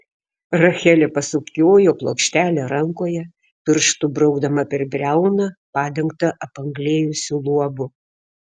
rachelė pasukiojo plokštelę rankoje pirštu braukdama per briauną padengtą apanglėjusiu luobu